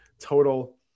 total